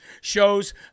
shows